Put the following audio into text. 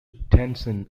attention